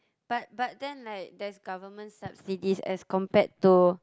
but but then like there's government subsidies as compared to